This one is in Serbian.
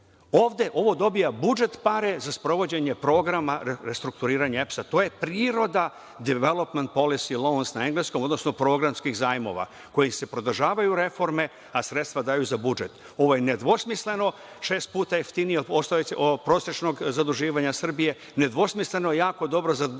ovde. Ovo dobija budžet pare za sprovođenje programa restrukturiranja EPS-a, to je priroda „divalopman polis louns“, odnosno programskih zajmova, kojim se produžavaju reforme, a sredstva daju za budžet. Ovo je nedvosmisleno šest puta jeftinije od prosečnog zaduživanja Srbije, nedvosmisleno jako dobro za